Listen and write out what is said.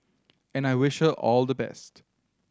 and I wish her all the best